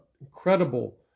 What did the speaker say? incredible